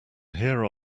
here